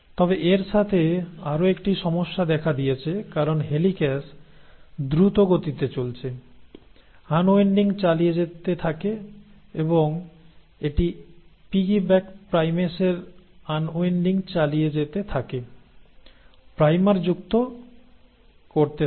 তবে এর সাথে আরও একটি সমস্যা দেখা দিয়েছে কারণ হেলিক্যাস দ্রুত গতিতে চলেছে আনউইন্ডিং চালিয়ে যেতে থাকে এবং এটি পিগি ব্যাক প্রাইমেসের আনওয়াইন্ডিং চালিয়ে যেতে থাকে প্রাইমার যুক্ত করতে থাকে